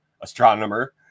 astronomer